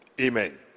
Amen